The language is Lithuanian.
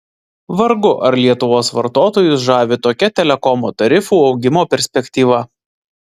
vargu ar lietuvos vartotojus žavi tokia telekomo tarifų augimo perspektyva